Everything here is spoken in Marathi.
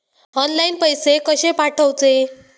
ऑनलाइन पैसे कशे पाठवचे?